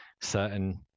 certain